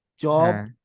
Job